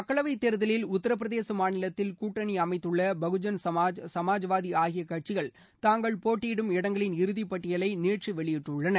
மக்களவை தேர்தலில் உத்தரபிரதேச மாநிலத்தில் கூட்டணி அமைத்துள்ள பகுஜன் சமாஜ் சமாஜ்வாதி ஆகிய கட்சிகள் தாங்கள் போட்டியிடும இடங்களின் இறுதிபட்டியலை நேற்று வெளியிட்டுள்ளன